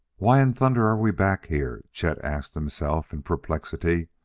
why in thunder are we back here? chet asked himself in perplexity.